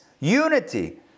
unity